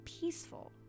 peaceful